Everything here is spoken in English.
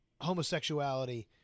homosexuality